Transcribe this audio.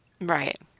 Right